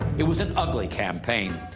it was an ugly campaign.